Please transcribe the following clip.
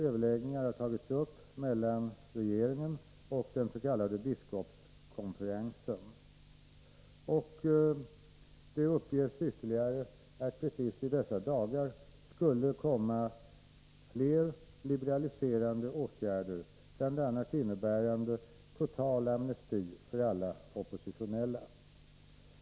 Överläggningar har också tagits upp mellan regeringen och den s.k. biskopskonferensen. Det uppges ytterligare att det precis i dessa dagar skulle komma fler liberaliserande åtgärder, bl.a. innebärande total amnesti för alla oppositionella.